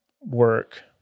work